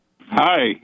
Hi